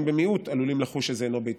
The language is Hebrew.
במיעוט עלולים לחוש שזה אינו ביתם.